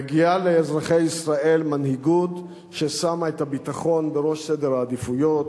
מגיעה לאזרחי ישראל מנהיגות ששמה את הביטחון בראש סדר העדיפויות,